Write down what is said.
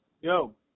Yo